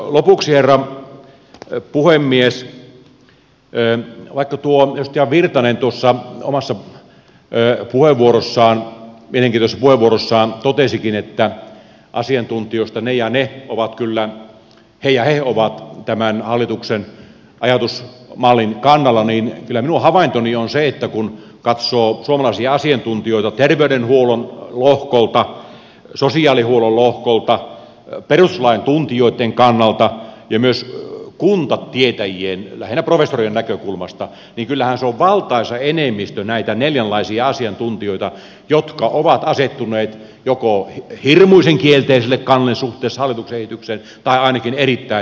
lopuksi herra puhemies vaikka edustaja virtanen tuossa omassa mielenkiintoisessa puheenvuorossaan totesikin että asiantuntijoista he ja he ovat kyllä tämän hallituksen ajatusmallin kannalla kyllä minun havaintoni on se että kun katsoo suomalaisia asiantuntijoita terveydenhuollon lohkolta sosiaalihuollon lohkolta perustuslain tuntijoitten kannalta ja myös kuntatietäjien lähinnä professorien näkökulmasta niin kyllähän se on valtaisa enemmistö näitä neljänlaisia asiantuntijoita jotka ovat asettuneet joko hirmuisen kielteiselle kannalle suhteessa hallituksen esitykseen tai ainakin erittäin kriittiselle kannalle